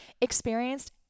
experienced